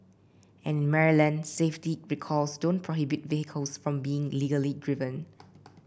and in Maryland safety recalls don't prohibit vehicles from being legally driven